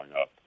up